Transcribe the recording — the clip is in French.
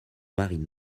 marines